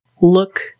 look